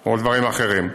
או לדברים אחרים.